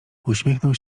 uśmiechnął